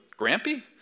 Grampy